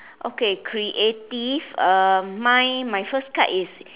okay creative uh mine my first card is